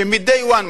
שמ-day one,